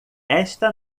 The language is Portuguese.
esta